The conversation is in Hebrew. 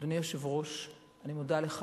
אדוני היושב-ראש, אני מודה לך.